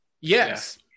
Yes